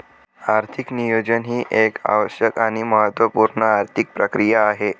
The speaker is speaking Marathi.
आर्थिक नियोजन ही एक आवश्यक आणि महत्त्व पूर्ण आर्थिक प्रक्रिया आहे